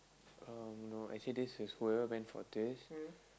I don't know I see this is whoever went for this